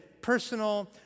personal